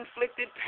inflicted